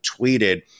tweeted